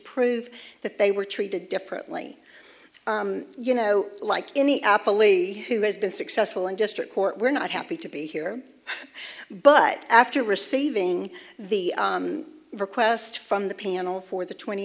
prove that they were treated differently you know like any who has been successful in district court were not happy to be here but after receiving the request from the panel for the twenty